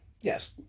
Yes